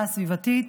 הסביבתית,